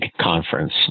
conference